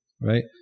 right